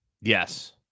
Yes